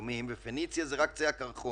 ושומעים שקורה ב"פניציה" הוא רק קצה הקרחון.